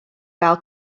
gael